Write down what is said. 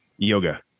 Yoga